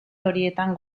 horietan